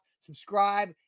subscribe